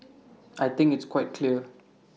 I think it's quite clear